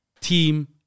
team